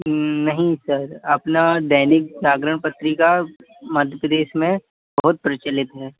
नहीं सर अपना दैनिक जागरण पत्रिका मध्य प्रदेश में बहुत प्रचलित है